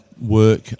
work